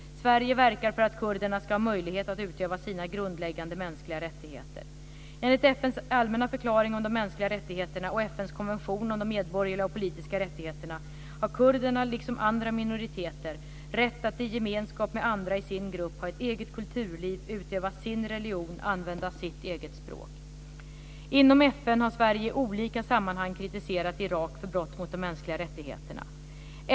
Sverige verkar för att kurderna ska ha möjlighet att utöva sina grundläggande mänskliga rättigheter. Enligt FN:s allmänna förklaring om de mänskliga rättigheterna och FN:s konvention om de medborgerliga och politiska rättigheterna har kurderna liksom andra minoriteter rätt att i gemenskap med andra i sin grupp ha ett eget kulturliv, utöva sin religion och använda sitt eget språk. Inom FN har Sverige i olika sammanhang kritiserat Irak för brott mot de mänskliga rättigheterna.